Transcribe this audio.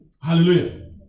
Hallelujah